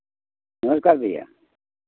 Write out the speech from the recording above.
नमस्कार भैया